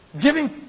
giving